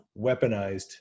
weaponized